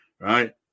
right